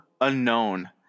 unknown